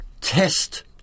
test